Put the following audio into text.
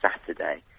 Saturday